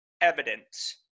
evidence